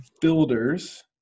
Builders